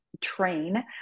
train